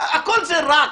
הכול זה רק.